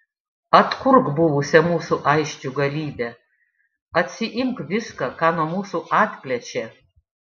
atkurk buvusią mūsų aisčių galybę atsiimk viską ką nuo mūsų atplėšė